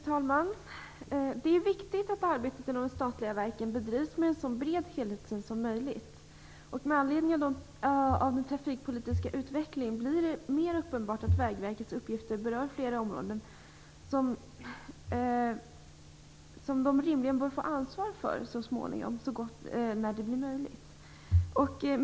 Fru talman! Det är viktigt att arbetet inom de statliga verken bedrivs med en så bred helhetssyn som möjligt. Med anledning av den trafikpolitiska utvecklingen blir det mer uppenbart att Vägverkets uppgifter berör flera områden som man rimligen bör få ansvar för, så småningom, när det blir möjligt.